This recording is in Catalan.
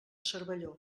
cervelló